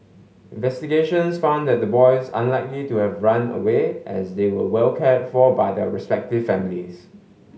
investigations found that the boys unlikely to have run away as they were well cared for by their respective families